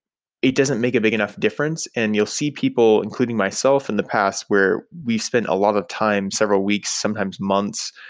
it doesn't make a big enough difference, and you'll see people, including myself in the past, where we've spent a lot of times, several weeks, sometimes months,